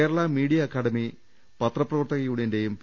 Kerala media academy പത്രപ്രവർത്തക ്യൂണിയന്റെയും P